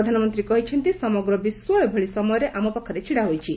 ପ୍ରଧାନମନ୍ତ୍ରୀ କହିଛନ୍ତି ସମଗ୍ର ବିଶ୍ୱ ଏଭଳି ସମୟରେ ଆମ ପାଖରେ ଛିଡା ହୋଇଛି